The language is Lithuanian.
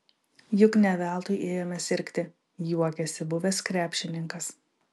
juk ne veltui ėjome sirgti juokėsi buvęs krepšininkas